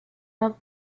love